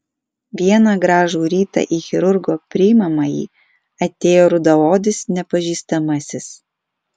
vieną gražų rytą į chirurgo priimamąjį atėjo rudaodis nepažįstamasis